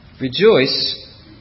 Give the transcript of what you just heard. Rejoice